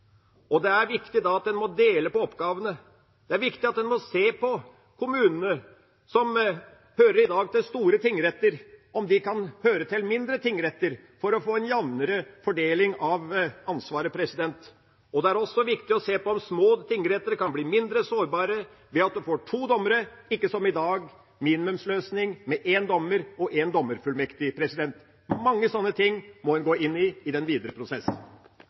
og da er det viktig at en deler på oppgavene. Det er viktig å se på om kommunene som i dag hører til store tingretter, kan høre til mindre tingretter, for å få en jamnere fordeling av ansvaret. Det er også viktig å se på om små tingretter kan bli mindre sårbare ved å få to dommere, ikke som minimumsløsningen i dag, med en dommer og en dommerfullmektig. Mange sånne ting må en gå inn på i den videre